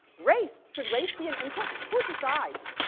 race! should race be an input? who decides?